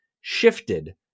shifted